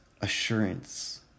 assurance